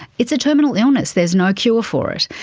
it's a terminal illness. there's no cure for it.